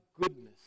goodness